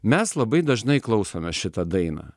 mes labai dažnai klausome šitą dainą